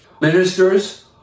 ministers